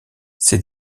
ces